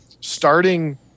starting